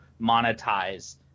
monetize